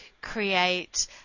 create